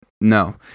No